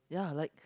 ya like